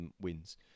wins